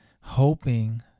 hoping